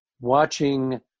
watching